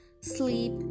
sleep